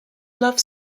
love